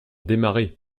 démarrer